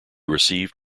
received